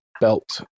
belt